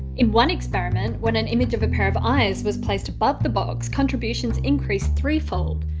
in one experiment, when an image of a pair of eyes was placed above the box contributions increased three-fold.